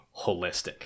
holistic